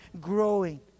growing